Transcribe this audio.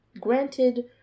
granted